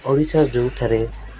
ଓଡ଼ିଶା ଯେଉଁଠାରେ